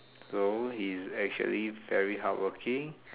so he is actually very hardworking